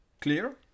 Clear